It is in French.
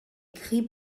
gris